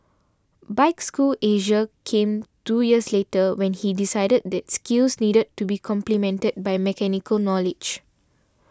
Bike School Asia came two years later when he decided that skills needed to be complemented by mechanical knowledge